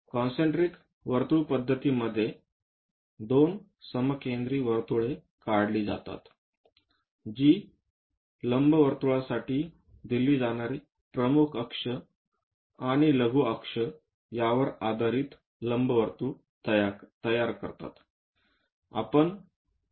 concentric वर्तुळ पद्धतीमध्ये दोन समकेंद्री वर्तुळे काढली जातात जी लंबवर्तुळासाठी दिली जाणारी प्रमुख अक्ष लघु अक्ष यावर आधारित लंबवर्तुळ तयार करतात